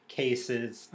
cases